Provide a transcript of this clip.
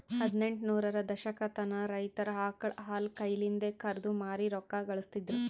ಹದಿನೆಂಟ ನೂರರ ದಶಕತನ ರೈತರ್ ಆಕಳ್ ಹಾಲ್ ಕೈಲಿಂದೆ ಕರ್ದು ಮಾರಿ ರೊಕ್ಕಾ ಘಳಸ್ತಿದ್ರು